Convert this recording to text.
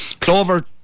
Clover